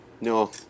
No